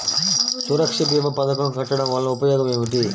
సురక్ష భీమా పథకం కట్టడం వలన ఉపయోగం ఏమిటి?